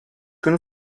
günü